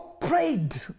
prayed